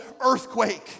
earthquake